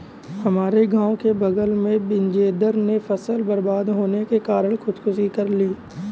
हमारे गांव के बगल में बिजेंदर ने फसल बर्बाद होने के कारण खुदकुशी कर ली